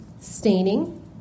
staining